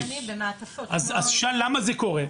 אז תשאל למה זה קורה.